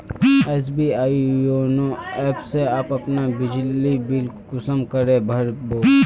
SBI YONO app से अपना बिजली बिल कुंसम करे भर बो?